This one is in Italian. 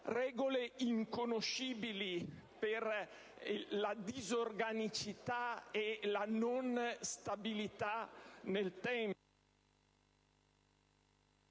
regole inconoscibili per la disorganicità e la non stabilità nel tempo.